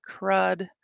crud